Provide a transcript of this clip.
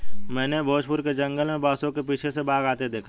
मैंने भोजपुर के जंगल में बांसों के पीछे से बाघ आते देखा